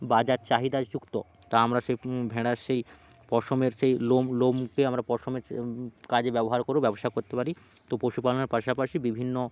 বাজার চাহিদাযুক্ত তা আমরা সেই ভেড়ার সেই পশমের সেই লোম লোম পেয়ে আমরা পশমের কাজে ব্যবহার করেও ব্যবসা করতে পারি তো পশুপালনের পাশাপাশি বিভিন্ন